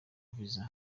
visa